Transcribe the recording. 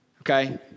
Okay